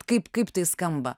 kaip kaip tai skamba